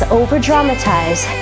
over-dramatize